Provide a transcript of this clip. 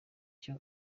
icyo